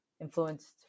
influenced